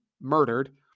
murdered